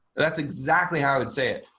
that's exactly how i would say it.